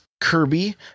Kirby